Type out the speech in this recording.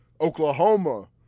Oklahoma